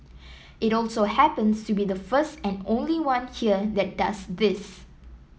it also happens to be the first and only one here that does this